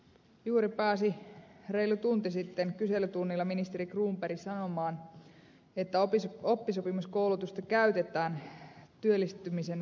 juuri pääsi reilu tunti sitten kyselytunnilla ministeri cronberg sanomaan että oppisopimuskoulutusta käytetään työllistymisen varmistamiseksi